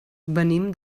venim